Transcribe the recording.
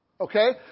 Okay